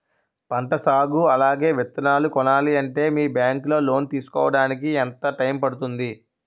పంట సాగు అలాగే విత్తనాలు కొనాలి అంటే మీ బ్యాంక్ లో లోన్ తీసుకోడానికి ఎంత టైం పడుతుంది?